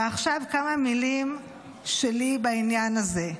ועכשיו כמה מילים שלי בעניין הזה.